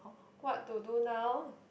what to do now